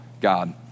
God